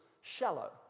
shallow